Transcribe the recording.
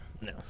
No